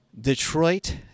Detroit